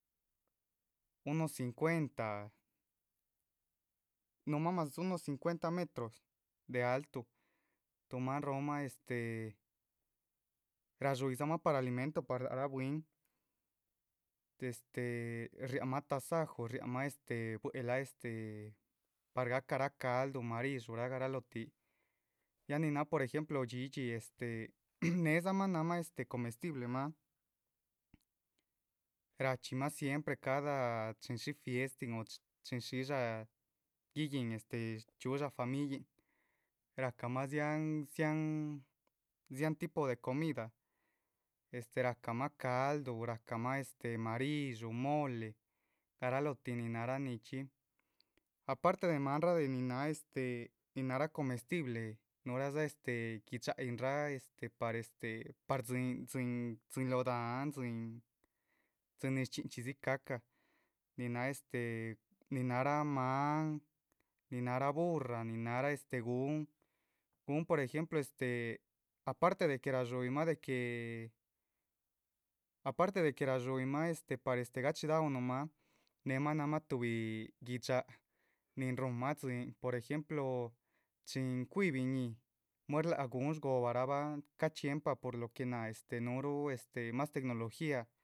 Uno cincuenta nuhumah mas uno cincuenta metros, de altu tuhu maan rohomah este radxúyihdzamah par alimento par lac rah bwín este, riáhamah tasaju. riáhamah este buehla este par gahcarah calduh, maridxúraah garalóhotih, ya nin náha por ejemplo dhxídhxi este néhedzamah náhamah comestiblemah rachxí mah siempre. cada chin shíhi fiestin o chin xídza guíguihin chxiudsha famíyin, rahcamah dziáhan dziáhan tipo de comida estee rahcamah calduh, rahcamah marídshu. mole, garalóho tih nin náhara nichxí aparte de maanrah de nihin náhara este, nin náhara comestible este gui´dxayinrah par este par tzíhin tzín, tzíhin lóho dahán. tzín pues chin shchxíchxidzigacah, nin náha esten nin náhara mán, ni náhara burra, ni nahara este gun, gun por ejemplo este aparte de que rashúyima de que, aparte de que rashúyimah. este par gachihidaunuhmah, nin náha este néhemah náhamah tuhbi gui´dx, nin rúhunmah tzín por ejemplo chi cuihí biñíhi solh, muer láha gun shgohobarahabh. ca chxíempa por lo que náh este, nuhuruh este mas tecnologiá.